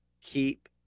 keep